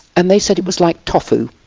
and they said it was like tofu.